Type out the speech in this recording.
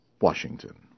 Washington